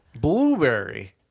Blueberry